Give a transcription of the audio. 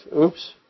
Oops